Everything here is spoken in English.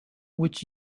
which